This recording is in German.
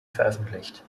veröffentlicht